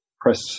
press